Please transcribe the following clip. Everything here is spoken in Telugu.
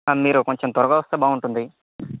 ఆ మీరు కొంచెం త్వరగా వస్తే బావుంటుంది